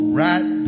right